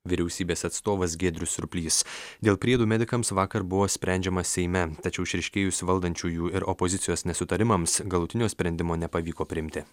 vyriausybės atstovas giedrius surplys dėl priedų medikams vakar buvo sprendžiama seime tačiau išryškėjus valdančiųjų ir opozicijos nesutarimams galutinio sprendimo nepavyko priimti